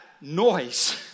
noise